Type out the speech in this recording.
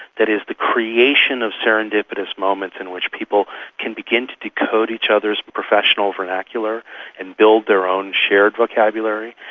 that is the creation of serendipitous moments in which people can begin to decode each other's professional vernacular and build their own shared vocabulary.